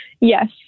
yes